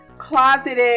closeted